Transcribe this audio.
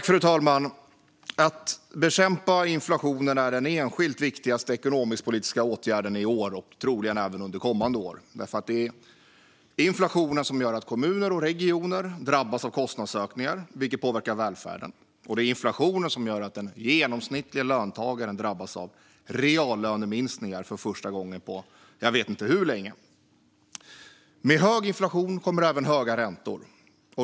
Fru talman! Att bekämpa inflationen är den enskilt viktigaste ekonomisk-politiska åtgärden i år, och troligen även under kommande år. Det är inflationen som gör att kommuner och regioner drabbas av kostnadsökningar, vilket påverkar välfärden, och det är inflationen som gör att den genomsnittliga löntagaren drabbas av reallöneminskningar för första gången på jag vet inte hur länge. Med hög inflation kommer även höga räntor.